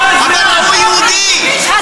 אינה נוכחת אורלי לוי אבקסיס,